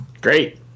great